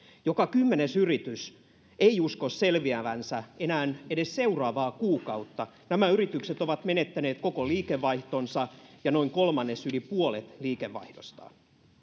joka kymmenes yritys ei usko selviävänsä enää edes seuraavaa kuukautta nämä yritykset ovat menettäneet koko liikevaihtonsa ja noin kolmannes yli puolet liikevaihdostaan